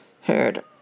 heard